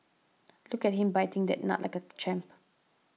look at him biting that nut like a champ